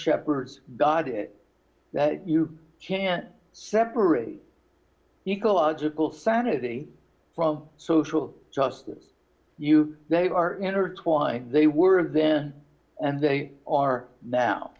shepherds god that you can't separate ecological sanity from social justice you they are intertwined they were then and they are now